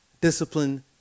discipline